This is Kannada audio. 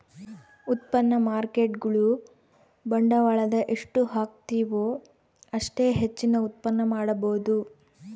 ಉತ್ಪನ್ನ ಮಾರ್ಕೇಟ್ಗುಳು ಬಂಡವಾಳದ ಎಷ್ಟು ಹಾಕ್ತಿವು ಅಷ್ಟೇ ಹೆಚ್ಚಿನ ಉತ್ಪನ್ನ ಮಾಡಬೊದು